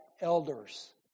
elders